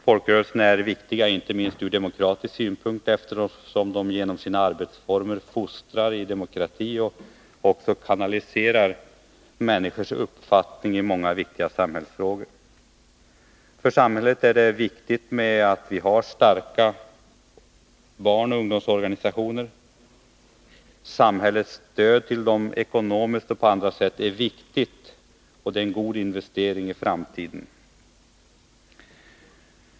Folkrörelserna är viktiga inte minst ur demokratisk synpunkt, eftersom de genom sina arbetsformer fostrar i demokrati och kanaliserar människors uppfattning i många viktiga samhällsfrågor. För samhället är det viktigt att vi har starka barnoch ungdomsorganisationer. Samhällets stöd till dessa ekonomiskt och på annat sätt är viktigt, och det är en god investering i framtiden.